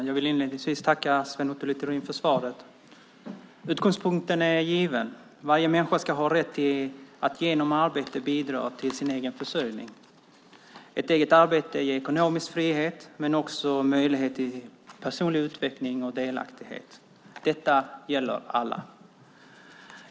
Fru talman! Jag tackar Sven Otto Littorin för svaret. Utgångspunkten är given. Varje människa ska ha rätt till att genom arbete bidra till sin egen försörjning. Ett eget arbete ger ekonomisk frihet men också möjlighet till personlig utveckling och delaktighet. Det gäller alla.